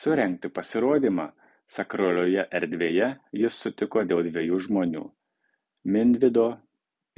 surengti pasirodymą sakralioje erdvėje jis sutiko dėl dviejų žmonių minvydo